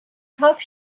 talk